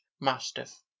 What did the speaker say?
mastiff